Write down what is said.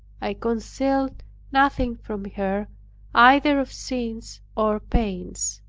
i concealed nothing from her either of sins or pains.